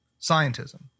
scientism